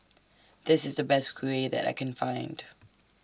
This IS The Best Kuih that I Can Find